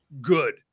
good